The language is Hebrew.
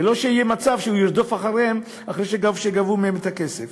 ולא יהיה מצב שהוא ירדוף אחריהם אחרי שגבו מהם את הכסף.